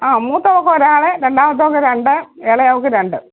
ആ മൂത്തവൾക്ക് ഒരാൾ രണ്ടാമത്തവൾക്ക് രണ്ട് ഇളയവൾക്ക് രണ്ട്